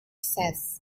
says